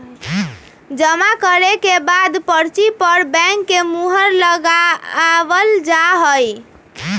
जमा करे के बाद पर्ची पर बैंक के मुहर लगावल जा हई